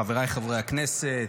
חבריי חברי הכנסת,